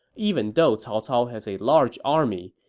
even though cao cao has a large army,